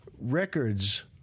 records